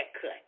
cut